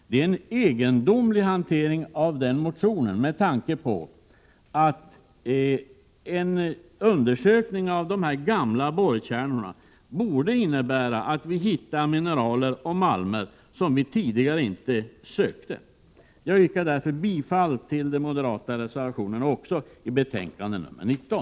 Det är en egendomlig hantering av motionen med tanke på att en undersökning av de gamla borrkärnorna borde innebära att vi skulle kunna hitta mineral och malmer som vi tidigare inte har sökt. Jag yrkar därför bifall till de moderata reservationerna också i näringsutskottets betänkande 19.